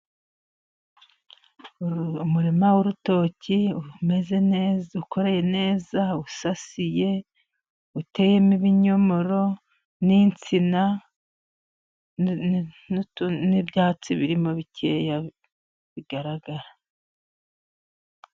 Umurima w'urutoki，umeze neza，ukoreye neza，usasiye uteyemo ibinyomoro n'insina，n'ibyatsi birimo bikeya bigaragara.